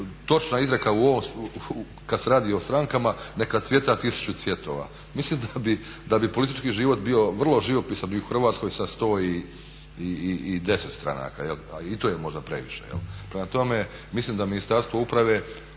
točna izreka kad se radi o strankama, neka cvijeta tisuću cvjetova. Mislim da bi politički život bio vrlo živopisan u Hrvatskoj sa 110 stranaka, a i to je možda previše jel'. Prema tome, mislim da Ministarstvo uprave